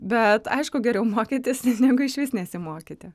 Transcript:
bet aišku geriau mokytis negu išvis nesimokyti